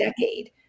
decade